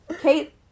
Kate